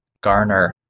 garner